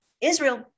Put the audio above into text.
Israel